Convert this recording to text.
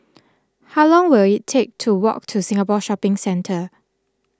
how long will it take to walk to Singapore Shopping Centre